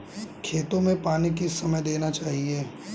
खेतों में पानी किस समय देना चाहिए?